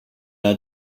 are